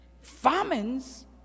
Famines